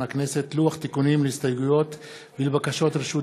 לוח תיקונים להסתייגויות ולבקשות רשות